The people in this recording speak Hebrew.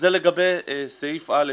זה לגבי סעיף (א).